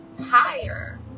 higher